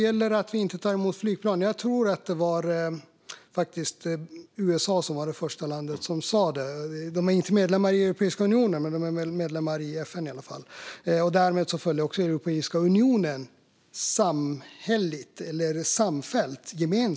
Fru talman! Jag tror att det faktiskt var USA som var första landet som sa att man inte skulle ta emot ryska flygplan. De är inte medlemmar i Europeiska unionen, men de är medlemmar i FN i alla fall. Därmed följde också Europeiska unionen samfällt med i detta.